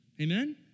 Amen